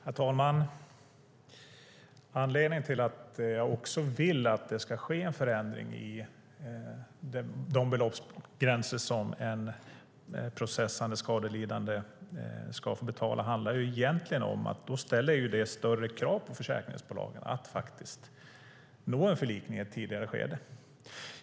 Herr talman! Anledningen till att jag vill att det ska ske en förändring i de beloppsgränser som en processande skadelidande ska betala är egentligen att det ställer större krav på försäkringsbolagen att faktiskt nå en förlikning i ett tidigare skede.